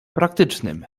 praktycznym